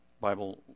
bible